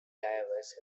diverse